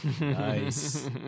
nice